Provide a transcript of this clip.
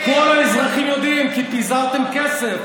הדם שלהם הפקר, כל האזרחים יודעים כי פיזרתם כסף.